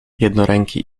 jednoręki